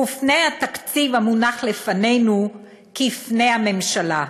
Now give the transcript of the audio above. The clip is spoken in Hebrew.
ופני התקציב המונח לפנינו כפני הממשלה.